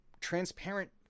transparent